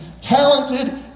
talented